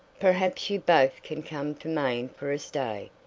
perhaps you both can come to maine for a stay.